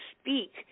speak